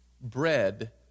bread